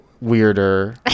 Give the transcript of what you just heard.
weirder